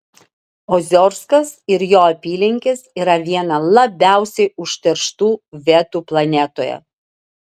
oziorskas ir jo apylinkės yra viena labiausiai užterštų vietų planetoje